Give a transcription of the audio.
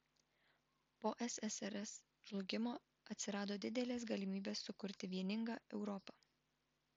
po ssrs žlugimo atsirado didelės galimybės sukurti vieningą europą